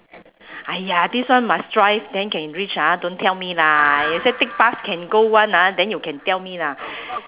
!aiya! this one must drive then can reach ah don't tell me lah you say take bus can go [one] ah then you can tell me lah